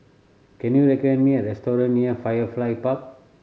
can you recommend me a restaurant near Firefly Park